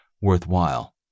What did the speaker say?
worthwhile